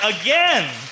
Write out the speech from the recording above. again